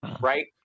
right